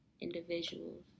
individuals